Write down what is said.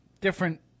different